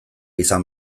izan